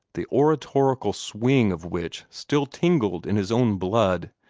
the oratorical swing of which still tingled in his own blood,